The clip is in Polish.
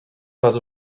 raz